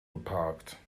geparkt